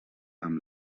amb